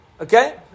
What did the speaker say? Okay